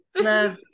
No